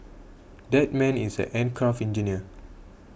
that man is an aircraft engineer